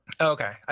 Okay